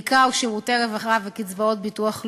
בעיקר שירותי הרווחה וקצבאות הביטוח הלאומי,